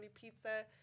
pizza